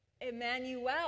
Emmanuel